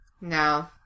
No